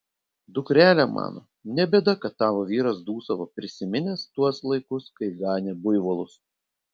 dukrele mano ne bėda kad tavo vyras dūsavo prisiminęs tuos laikus kai ganė buivolus